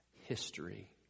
history